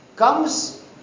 comes